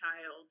child